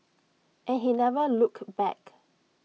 and he never looked back